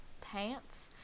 pants